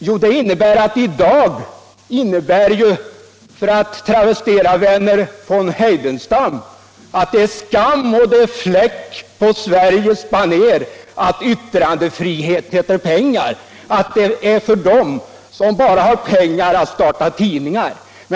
Jo, den nuvarande ordningen kan — för att travestera Verner von Heidenstam - sammanfattas i orden: det är skam och det är fläck på Sveriges banér, att yttrandefrihet heter pengar. Den gäller bara för dem som har pengar och kan starta tidningar.